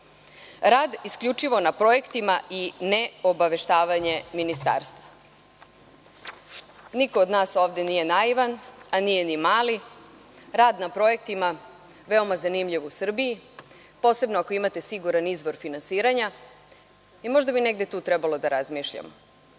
Rad isključivo na projektima i ne obaveštavanje ministarstva. Niko od nas ovde nije naivan, a nije ni mali. Rad na projektima veoma zanimljiv u Srbiji, posebno ako imate siguran izvor finansiranja. Možda bi tu negde i trebalo da razmišljamo,